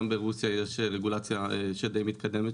גם ברוסיה יש רגולציה מתקדמת,